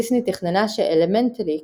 דיסני תכננה ש"אלמנטלי",